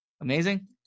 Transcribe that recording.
Amazing